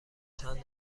چند